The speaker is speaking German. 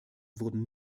wurden